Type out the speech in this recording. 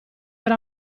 ora